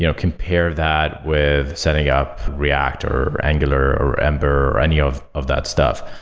you know compare that with setting up react, or angular, or ember, or any of of that stuff.